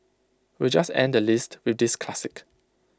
we'll just end the list with this classic